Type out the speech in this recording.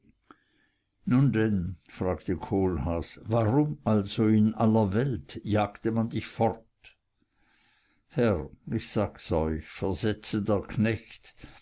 nun denn fragte kohlhaas warum also in aller welt jagte man dich fort herr ich sag's euch versetzte der knecht